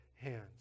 hands